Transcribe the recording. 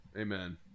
Amen